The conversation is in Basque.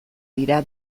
dira